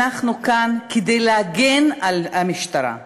אנחנו כאן כדי להגן על המשטרה,